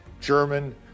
German